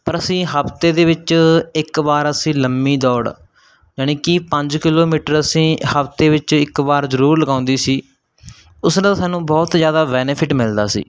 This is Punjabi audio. ਪਰ ਅਸੀਂ ਹਫਤੇ ਦੇ ਵਿੱਚ ਇੱਕ ਵਾਰ ਅਸੀਂ ਲੰਮੀ ਦੌੜ ਯਾਨੀ ਕਿ ਪੰਜ ਕਿਲੋਮੀਟਰ ਅਸੀਂ ਹਫਤੇ ਵਿੱਚ ਇੱਕ ਵਾਰ ਜ਼ਰੂਰ ਲਗਾਉਂਦੇ ਸੀ ਉਸ ਨਾਲ ਸਾਨੂੰ ਬਹੁਤ ਜ਼ਿਆਦਾ ਬੈਨੀਫਿਟ ਮਿਲਦਾ ਸੀ